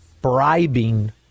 bribing